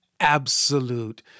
Absolute